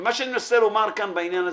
מה שאני מנסה לומר כאן בעניין הזה,